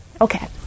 Okay